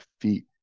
feet